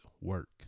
work